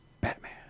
Batman